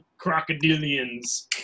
crocodilians